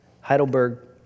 Heidelberg